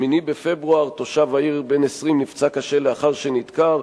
8 בפברואר, תושב העיר בן 20 נפצע קשה לאחר שנדקר.